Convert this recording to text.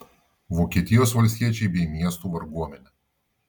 vokietijos valstiečiai bei miestų varguomenė